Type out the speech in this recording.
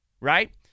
right